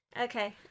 Okay